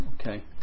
Okay